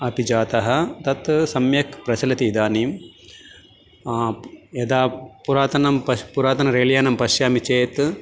अपि जातं तत् सम्यक् प्रचलति इदानीं यदा पुरातनं पश् पुरातनरेल्यानं पश्यामि चेत्